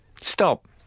Stop